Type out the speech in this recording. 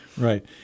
Right